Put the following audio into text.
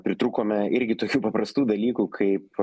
pritrūkome irgi tokių paprastų dalykų kaip